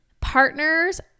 partners